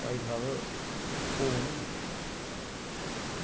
भाई साह्ब होन